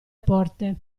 porte